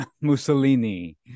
Mussolini